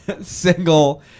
single